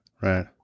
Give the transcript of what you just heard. Right